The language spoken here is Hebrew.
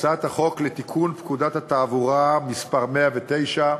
את הצעת חוק לתיקון פקודת התעבורה (מס' 109),